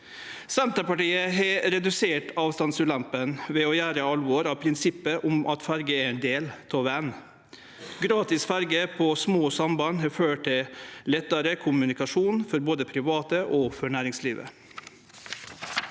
Senterpartiet har redusert avstandsulempene ved å gjere alvor av prinsippet om at ferjene er ein del av ve gen. Gratis ferje på små samband har ført til lettare kommunikasjon både for private og for næringslivet.